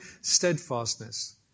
steadfastness